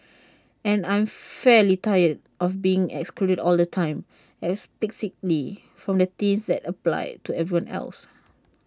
and I'm fairly tired of being excluded all the time implicitly from things that apply to everyone else